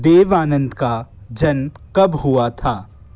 देव आनंद का जन्म कब हुआ था